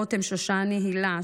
רותם שושני הילה,